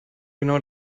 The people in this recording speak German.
genau